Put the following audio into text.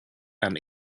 and